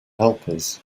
helpers